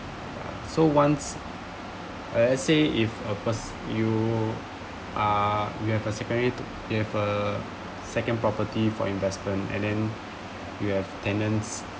so once uh let's say if a pers~ you are you have a secondary you have a second property for investment and then you have tenants